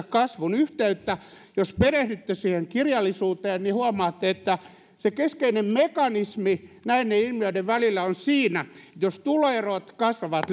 kasvun yhteyttä jos perehdytte siihen kirjallisuuteen niin huomaatte että se keskeinen mekanismi näiden ilmiöiden välillä on siinä että jos tuloerot kasvavat